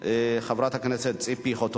של חבר הכנסת דב חנין וקבוצת חברי הכנסת,